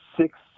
Six